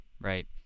Right